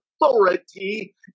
authority